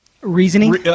Reasoning